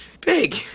big